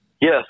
Yes